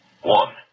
One